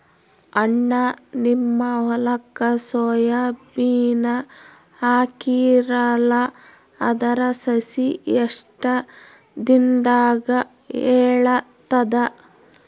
ಅಣ್ಣಾ, ನಿಮ್ಮ ಹೊಲಕ್ಕ ಸೋಯ ಬೀನ ಹಾಕೀರಲಾ, ಅದರ ಸಸಿ ಎಷ್ಟ ದಿಂದಾಗ ಏಳತದ?